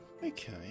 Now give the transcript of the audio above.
Okay